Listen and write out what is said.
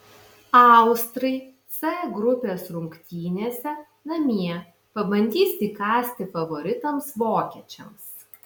austrai c grupės rungtynėse namie pabandys įkąsti favoritams vokiečiams